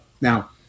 now